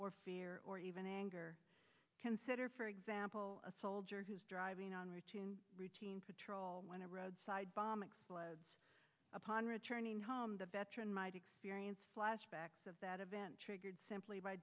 or fear or even anger consider for example a soldier who's driving on retune routine patrol when a roadside bomb explodes upon returning home the veteran might experience flashbacks of that event triggered simply by